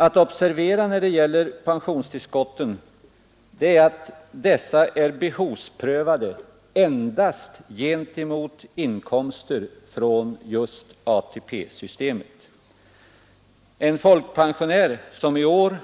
Att observera är att pensionstillskotten är behovsprövade endast gentemot inkomster från just ATP-systemet. En folkpensionär som i år